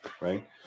right